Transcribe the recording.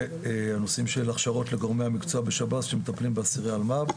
זה הנושא של הכשרות לגורמי המקצוע בשב"ס שמטפלים באסירי אלמ"פ.